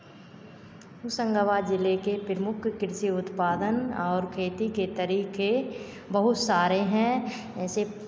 हौशंगाबाद जिले के प्रमुख कृषि उत्पादन और खेती के तरीके बहुत सारे हैं ऐसे